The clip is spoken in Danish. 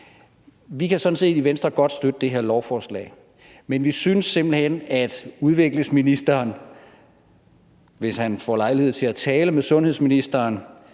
Vi kan i Venstre sådan set godt støtte det her lovforslag, men vi synes simpelt hen, at udviklingsministeren, hvis han får lejlighed til at tale med sundhedsministeren,